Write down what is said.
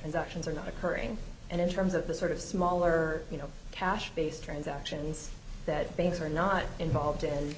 transactions are not occurring and in terms of the sort of smaller you know cash based transactions that banks are not involved in